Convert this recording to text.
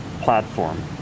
platform